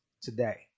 today